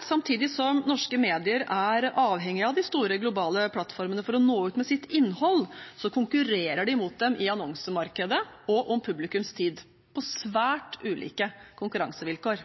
Samtidig som norske medier er avhengige av de store globale plattformene for å nå ut med sitt innhold, konkurrerer de mot dem i annonsemarkedet og om publikums tid, på svært ulike konkurransevilkår.